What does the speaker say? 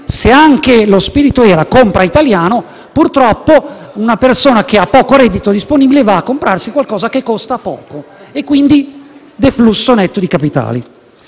Se anche lo spirito era «compra italiano», purtroppo una persona che ha poco reddito disponibile va a comprarsi qualcosa che costa poco; quindi, deflusso netto di capitali.